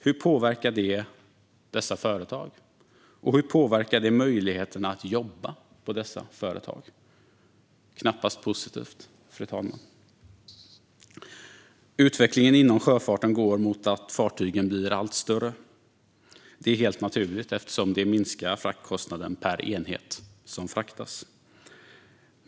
Hur påverkar det dessa företag, och hur påverkar det möjligheten att jobba på dessa företag? Det påverkar knappast positivt, fru talman. Utvecklingen inom sjöfarten går mot att fartygen blir allt större. Det är helt naturligt, eftersom fraktkostnaden per enhet då minskar.